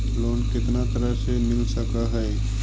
Loan कितना तरह से मिल सक है?